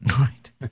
Right